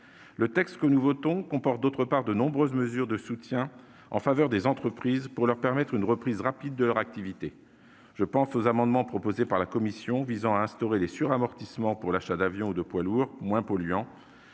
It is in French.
Le texte que nous votons comporte, en outre, de nombreuses mesures de soutien en faveur des entreprises, visant à permettre une reprise rapide de leur activité. Je pense aux amendements proposés par la commission des finances, visant à instaurer des suramortissements pour l'achat d'avions ou de poids lourds moins polluants,